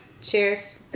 Cheers